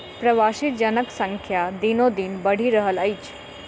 प्रवासी जनक संख्या दिनोदिन बढ़ि रहल अछि